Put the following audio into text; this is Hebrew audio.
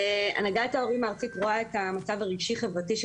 הנהגת ההורים הארצית רואה את המצב הרגשי-חברתי של